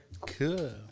Cool